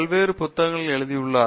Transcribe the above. பல்வேறு புத்தகங்களில் எழுதியுள்ளார்